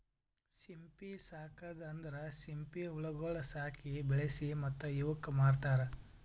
ಸಿಂಪಿ ಸಾಕದ್ ಅಂದುರ್ ಸಿಂಪಿ ಹುಳಗೊಳ್ ಸಾಕಿ, ಬೆಳಿಸಿ ಮತ್ತ ಇವುಕ್ ಮಾರ್ತಾರ್